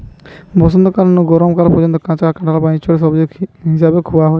বসন্তকাল নু গরম কাল পর্যন্ত কাঁচা কাঁঠাল বা ইচোড় সবজি হিসাবে খুয়া হয়